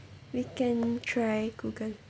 we can try google